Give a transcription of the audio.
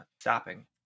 stopping